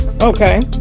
Okay